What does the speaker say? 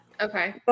okay